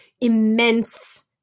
immense